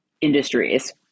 industries